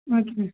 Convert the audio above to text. okay ma'am